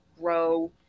grow